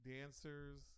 dancers